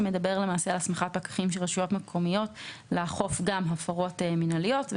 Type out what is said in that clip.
שמדבר על הסמכת פקחים של רשויות מקומיות לאכוף גם הפרות מינהליות.